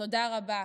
תודה רבה.